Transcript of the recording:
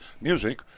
music